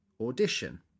audition